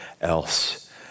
else